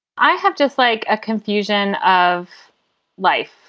i have just like a confusion of life.